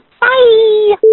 bye